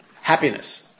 happiness